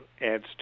adds